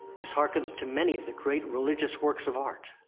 this hearkens to many of the great religious works of art.